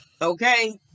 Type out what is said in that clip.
Okay